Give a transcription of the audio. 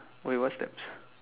wait what's that